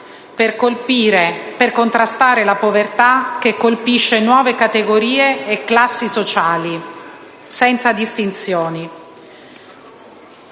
per contrastare la povertà che colpisce nuove categorie e classi sociali, senza distinzioni.